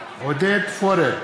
עודד פורר,